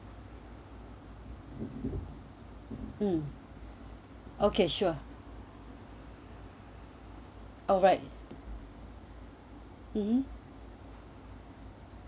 mm okay sure alright mmhmm